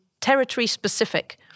territory-specific